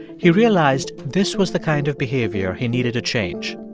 he realized this was the kind of behavior he needed to change.